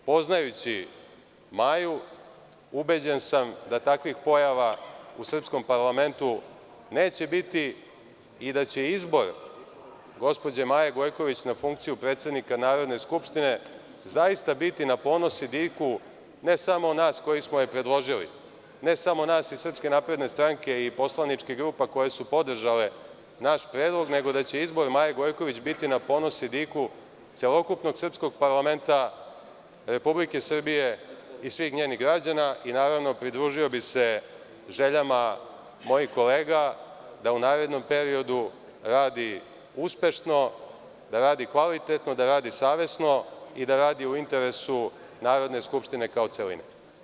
Poznajući Maju ubeđen sam da takvih pojava u srpskom parlamentu neće biti i da će izbor gospođe Maje Gojković na funkciju predsednika Narodne skupštine zaista biti na ponos i diku ne samo nas koji smo je predložili, ne samo nas iz SNS i poslaničkih grupa koje su podržale naš predlog, nego da će izbor Maje Gojković biti na ponos i diku celokupnog srpskog parlamenta, Republike Srbije i svih njenih građana i naravno pridružio bih se željama mojih kolega da u narednom periodu radi uspešno, da radi kvalitetno, da radi savesno i da radi u interesu Narodne skupštine kao celine.